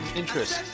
interest